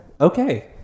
okay